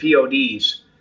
PODs